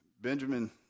Benjamin